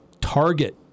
target